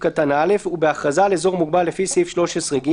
קטן (א) ובהכרזה על אזור מוגבל לפי סעיף 13(ג)